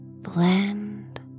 Blend